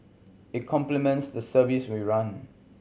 it complements the service we run